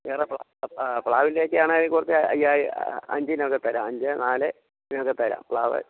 വേറെ പ്ലാവിലേക്ക് ആണെങ്കിൽ കുറച്ച് അയ്യായിരം അഞ്ചിനൊക്കെ തരാം അഞ്ച് നാല് ഇതിനൊക്കെ തരാം പ്ലാവ്